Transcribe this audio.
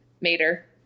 Mater